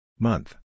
Month